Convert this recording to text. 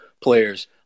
players